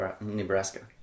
Nebraska